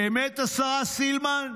באמת, השרה סילמן?